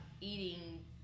eating